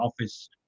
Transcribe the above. office